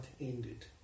ended